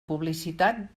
publicitat